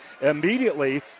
immediately